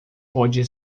pode